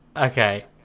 okay